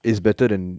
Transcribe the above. it's better than